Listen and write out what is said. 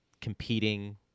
competing